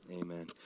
Amen